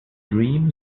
dream